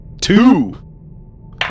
Two